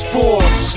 Force